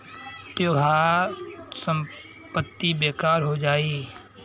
तोहार संपत्ति बेकार हो जाई